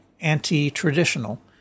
anti-traditional